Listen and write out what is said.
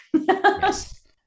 Yes